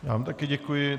Já vám také děkuji.